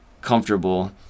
comfortable